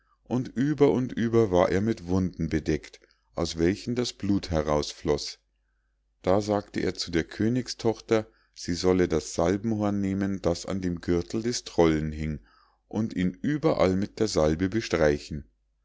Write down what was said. und über und über war er mit wunden bedeckt aus welchen das blut herausfloß da sagte er zu der königstochter sie solle das salbenhorn nehmen das an dem gürtel des trollen hing und ihn überall mit der salbe bestreichen